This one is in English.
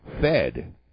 Fed